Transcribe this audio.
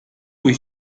bój